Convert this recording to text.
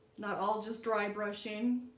not all just dry brushing